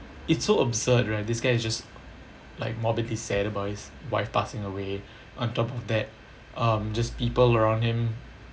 it's so absurd right this guy is just like morbidly sad about his wife passing away on top of that um just people around him